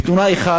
כאשר תאונה אחת